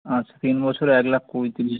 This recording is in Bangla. আচ্ছা তিন বছরে এক লাখ কুড়ি তিরিশ